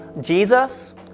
Jesus